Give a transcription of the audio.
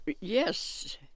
Yes